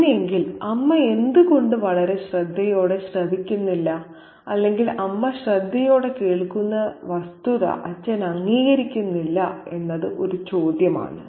അങ്ങനെയെങ്കിൽ അമ്മ എന്തുകൊണ്ട് വളരെ ശ്രദ്ധയോടെ ശ്രവിക്കുന്നില്ല അല്ലെങ്കിൽ അമ്മ ശ്രദ്ധയോടെ കേൾക്കുന്ന വസ്തുത അച്ഛൻ അംഗീകരിക്കുന്നില്ല എന്നത് ഒരു ചോദ്യമാണ്